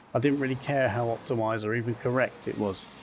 i didn't really care how optimised or even correct it was.